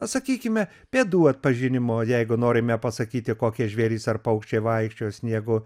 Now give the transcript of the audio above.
sakykime pėdų atpažinimo jeigu norime pasakyti kokie žvėrys ar paukščiai vaikščiojo sniegu